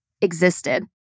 existed